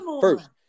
first